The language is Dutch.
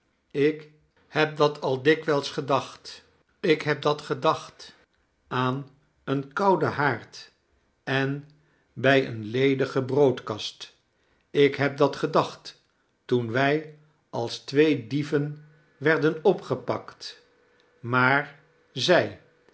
ik heb dat al dikwijls gedacht ik heb dat gedacht aan een kouden haard en bij eene ledige broodkast ik heb dat gedacht toen wij als twee dieven werden opgepakt maar zij